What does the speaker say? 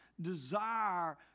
desire